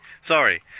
Sorry